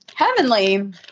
heavenly